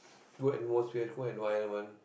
good atmosphere good environment